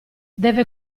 deve